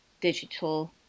digital